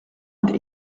und